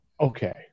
Okay